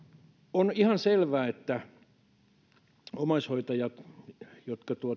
on ihan selvää että omaishoitajien jotka